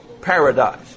paradise